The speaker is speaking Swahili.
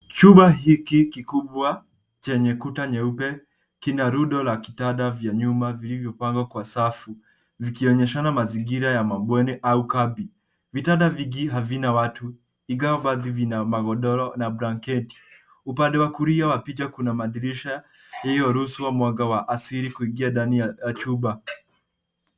Chumba hiki kikubwa chenye kuta nyeupe kina rundo la kitanda vya nyumba vilivyopangwa kwa safu, vikionyeshana mazingira ya mabweni au kambi. Vitanda vingi havina watu, ingawa baadhi vina magodoro na blanketi. Upande wa kulia wa picha kuna madirisha iliyoruhusu mwanga wa asili kuingia ndani ya chumba.